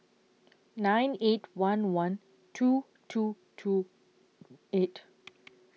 nine eight one one two two two eight